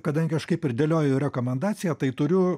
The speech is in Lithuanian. kadangi aš kaip ir dėliojau rekomendaciją tai turiu